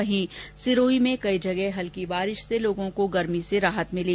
वहीं सिरोही में कई जगह हल्की बारिश से लोगों को गर्मी से राहत मिली